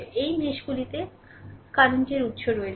এই মেশগুলিতে কারেন্তের উৎস রয়েছে